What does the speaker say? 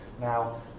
Now